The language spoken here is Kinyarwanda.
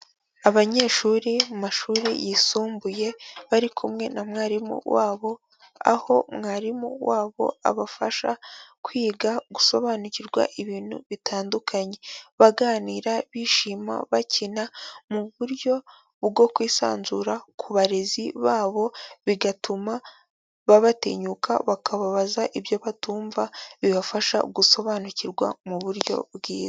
Abanyeshuri mu mashuri yisumbuye, bari kumwe na mwarimu wabo aho mwarimu wabo abafasha kwiga gusobanukirwa ibintu bitandukanye, baganira, bishima, bakina mu buryo bwo kwisanzura ku barezi babo bigatuma babatinyuka bakababaza ibyo batumva, bibafasha gusobanukirwa mu buryo bwiza.